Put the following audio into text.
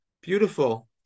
Beautiful